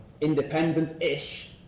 independent-ish